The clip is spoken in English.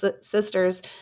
sisters